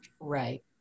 Right